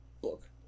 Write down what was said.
book